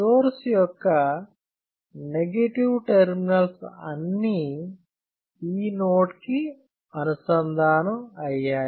source యొక్క negative terminals అన్నీ ఈ నోడ్ కి అనుసంధానం అయ్యాయి